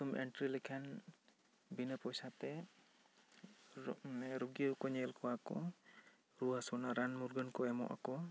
ᱧᱩᱛᱩᱢ ᱮᱱᱴᱨᱤ ᱞᱮᱠᱷᱟᱱ ᱵᱤᱱᱟᱹ ᱯᱚᱭᱥᱟ ᱛᱮ ᱨᱳᱜᱤ ᱦᱚᱸᱠᱚ ᱧᱮᱞᱮᱫ ᱠᱚᱣᱟ ᱠᱚ ᱨᱩᱣᱟᱹ ᱦᱟᱹᱥᱩ ᱨᱮᱱᱟᱜ ᱨᱟᱱ ᱢᱩᱨᱜᱟᱹᱱ ᱠᱚ ᱮᱢᱚ ᱟᱠᱚ